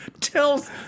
Tells